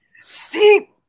See